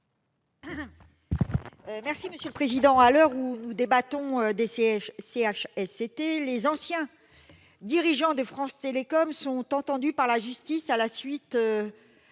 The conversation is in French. Assassi, sur l'article. À l'heure où nous débattons des CHSCT, les anciens dirigeants de France Télécom sont entendus par la justice à la suite